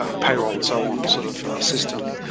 ah payroll and so on sort of system.